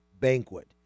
Banquet